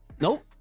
nope